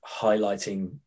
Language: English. highlighting